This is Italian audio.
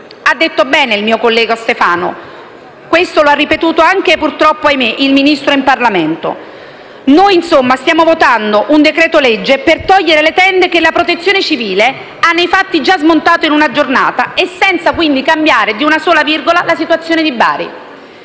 Ha detto bene il mio collega Stefano. E questo - ahimè - lo ha ripetuto anche il Ministro in Parlamento, purtroppo. Noi, insomma, stiamo votando un decreto-legge per togliere le tende che la Protezione civile ha nei fatti già smontato in una giornata, e, quindi, senza cambiare di una sola virgola la situazione di Bari.